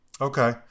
Okay